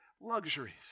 luxuries